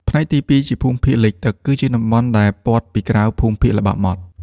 ផ្នែកទី២ ជាភូមិភាគលិចទឹក គឺជាតំបន់ដែលព័ទ្ធពីក្រៅភូមិភាគល្បាប់ម៉ត់។